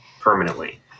permanently